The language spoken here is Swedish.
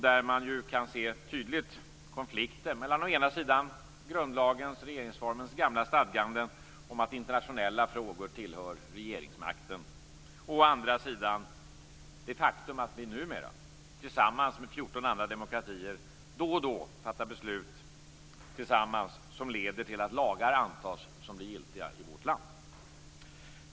Där kan man tydligt se konflikten mellan å ena sida grundlagens och regeringsformens gamla stadganden om att internationella frågor tillhör regeringsmakten och å andra sidan det faktum att vi numera tillsammans med 14 andra demokratier då och då fattar beslut som leder till att lagar antas och blir giltiga i vårt land.